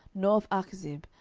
nor of achzib,